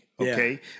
Okay